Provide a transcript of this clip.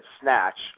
snatch